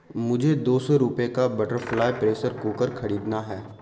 مجھے دو سو روپے کا بٹر فلائی پریشر کوکر خریدنا ہے